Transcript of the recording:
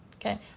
okay